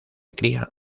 cría